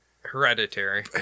Hereditary